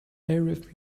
arif